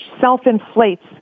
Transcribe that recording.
self-inflates